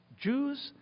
Jews